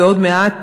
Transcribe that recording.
ועוד מעט,